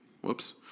Whoops